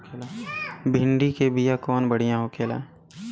भिंडी के बिया कवन बढ़ियां होला?